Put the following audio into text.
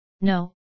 No